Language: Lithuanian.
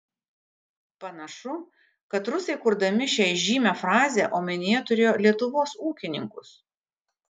panašu kad rusai kurdami šią įžymią frazę omenyje turėjo lietuvos ūkininkus